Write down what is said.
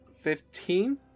Fifteen